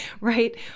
right